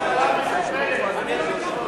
מגאפונים בינתיים?